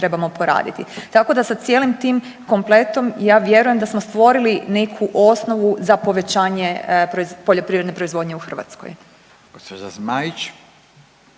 Tako da sa cijelim tim kompletom ja vjerujem da smo stvorili neku osnovu za povećanje poljoprivredne proizvodnje u Hrvatskoj.